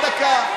עוד דקה.